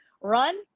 run